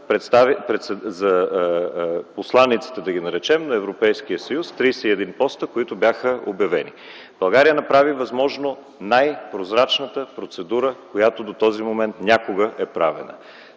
за посланиците, да ги наречем, на Европейския съюз – 31 поста, които бяха обявени. България направи възможно най-прозрачната процедура, която до този момент, някога е правена.